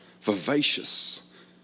vivacious